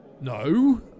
No